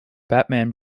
batman